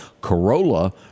Corolla